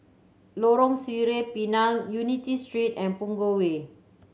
Lorong Sireh Pinang Unity Street and Punggol Way